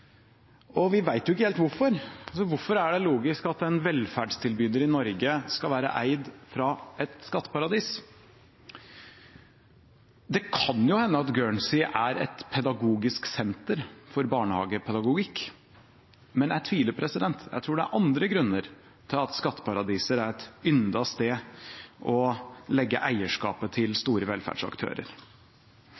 og vi vet ikke helt hvorfor. Hvorfor er det logisk at en velferdstilbyder i Norge skal være eid fra et skatteparadis? Det kan jo hende at Guernsey er et pedagogisk senter for barnehagepedagogikk, men jeg tviler på det. Jeg tror det er andre grunner til at skatteparadiser er et yndet sted å legge eierskapet til